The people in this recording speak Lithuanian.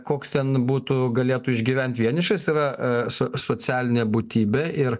koks ten būtų galėtų išgyvent vienišas jis yra so socialinė būtybė ir